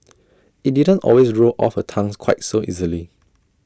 IT didn't always roll off her tongues quite so easily